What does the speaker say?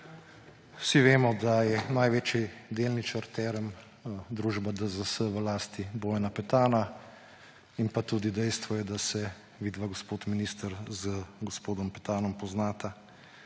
vsi vemo, da je največji delničar Term družba DZS v lasti Bojana Petana. In pa tudi dejstvo je, da se vidva, gospod minister, z gospodom Petanom poznata.